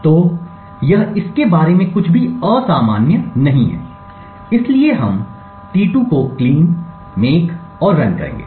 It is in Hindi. तो यह इसके बारे में कुछ भी असामान्य नहीं है इसलिए हम t2 को क्लीन मेक और रन करेंगे